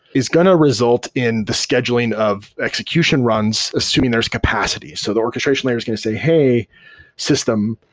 is going to result in the scheduling of execution runs, assuming there's capacity. so the orchestration layer is going to say, hey system,